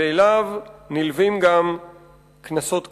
ואליו נלווים גם קנסות כספיים.